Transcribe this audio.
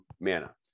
mana